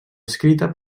escrita